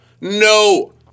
No